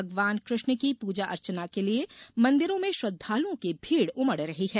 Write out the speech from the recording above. भगवान कृष्ण की पूजा अर्चना के लिए मंदिरों में श्रद्धालुओं की भीड़ उमड़ रही है